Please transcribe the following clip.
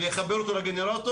מה, נחבר אותו לגנרטור?